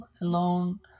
alone